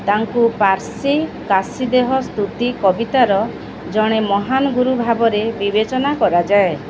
ତାଙ୍କୁ ପାର୍ସୀ କାସିଦେହ ସ୍ତୁତି କବିତାର ଜଣେ ମହାନ ଗୁରୁ ଭାବରେ ବିବେଚନା କରାଯାଏ